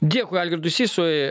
dėkui algirdui sysui